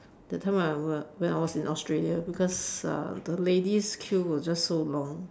that time when I when when I was in Australia because uh the ladies queue was just so long